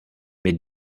mid